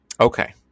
Okay